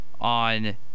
on